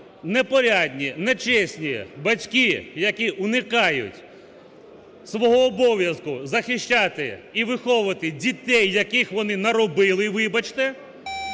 не порядні, не чесні батьки, які уникають свого обов'язку, захищати і виховувати дітей, яких вони наробили, вибачте,